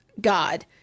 God